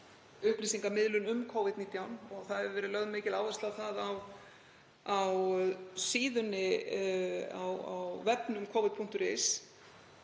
upplýsingamiðlun um Covid-19 og það hefur verið lögð mikil áhersla á það á vefsíðunni Covid.is